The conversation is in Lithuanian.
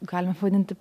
galim pavadinti